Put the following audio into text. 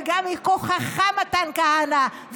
גם מכוחך, מתן כהנא.